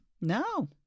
No